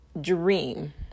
dream